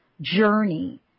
journey